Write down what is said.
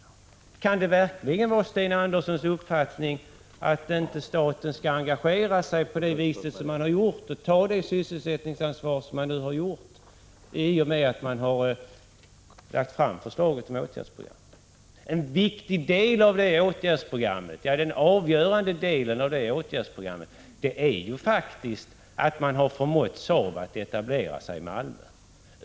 Kan det verkligen vara Sten Anderssons uppfattning att staten inte skall engagera sig på det vis som den har gjort och ta det sysselsättningsansvar den tagit i och med förslaget till åtgärdsprogram? En viktig del av det åtgärdsprogrammet, ja, den avgörande delen, är faktiskt att man har förmått Saab att etablera sig i Malmö.